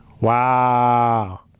Wow